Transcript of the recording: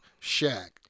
Shaq